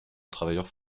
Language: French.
travailleurs